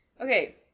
Okay